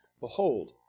behold